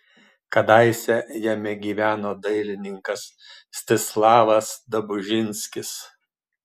kadaise jame gyveno dailininkas mstislavas dobužinskis